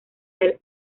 del